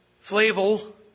Flavel